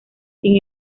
sin